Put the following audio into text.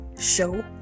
show